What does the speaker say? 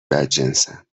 بدجنسم